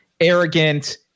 arrogant